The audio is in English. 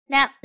Now